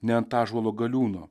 ne ant ąžuolo galiūno